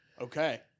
Okay